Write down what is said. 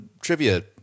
trivia